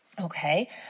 Okay